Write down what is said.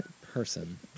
person